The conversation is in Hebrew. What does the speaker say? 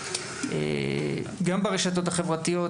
גם ברשתות החברתיות,